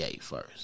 first